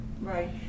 Right